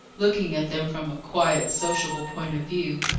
looking at them from a quiet, sociable point of view.